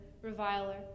reviler